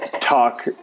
Talk